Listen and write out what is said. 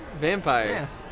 Vampires